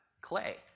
clay